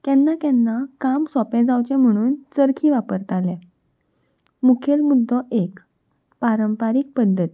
केन्ना केन्ना काम सोंपें जावचें म्हणून चरखी वापरताले मुखेल मुद्दो एक पारंपारीक पद्दती